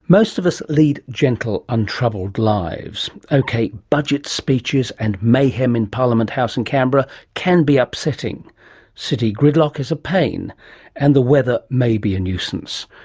most of us lead gentle, untroubled lives. okay, budget speeches and mayhem in parliament house in canberra can be upsetting city gridlock is a pain and the weather may be a nuisance,